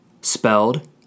spelled